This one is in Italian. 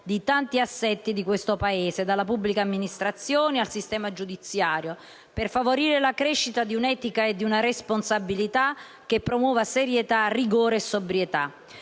di tanti assetti di questo Paese, dalla pubblica amministrazione al sistema giudiziario, per favorire la crescita di un'etica e di una responsabilità che coniughi serietà, rigore e sobrietà.